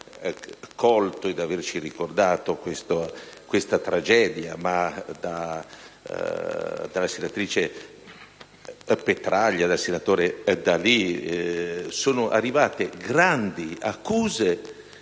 Bottici di averci ricordato questa tragedia), dalla senatrice Petraglia e al senatore D'Alì, sono arrivate grandi accuse